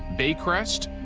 baycrest,